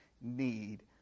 need